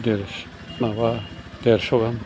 देर माबा देरस' गाहाम